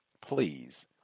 please